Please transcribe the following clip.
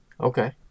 Okay